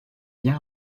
lien